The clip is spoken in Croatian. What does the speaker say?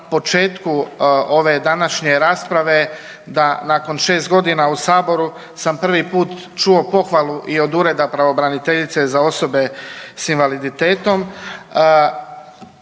početku ove današnje rasprave da nakon 6 godina u saboru sam prvi put čuo pohvalu i od Ureda pravobraniteljice za osobe s invaliditetom.